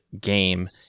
game